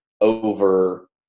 over